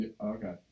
Okay